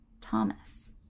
Thomas